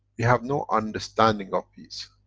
we have no understanding of peace.